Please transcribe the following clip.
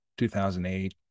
2008